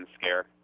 scare